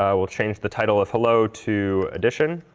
um we'll change the title of hello to addition,